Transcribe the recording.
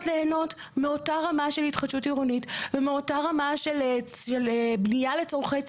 ליהנות מאותה רמה של התחדשות עירונית ומאותה רמה של בנייה לצרכי ציבור,